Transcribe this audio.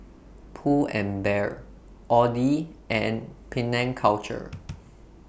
Pull and Bear Audi and Penang Culture